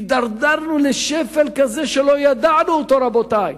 הידרדרנו לשפל כזה שלא ידענו אותו, רבותי.